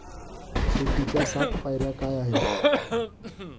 शेतीच्या सात पायऱ्या काय आहेत?